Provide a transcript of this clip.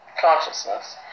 Consciousness